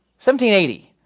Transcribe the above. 1780